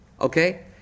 Okay